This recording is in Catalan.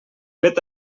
vet